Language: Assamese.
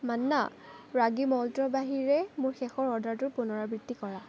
মান্না ৰাগী মল্টৰ বাহিৰে মোৰ শেষৰ অৰ্ডাৰটোৰ পুনৰাবৃত্তি কৰা